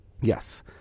Yes